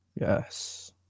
yes